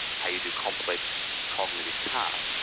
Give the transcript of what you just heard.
how you do complex cognitive tasks.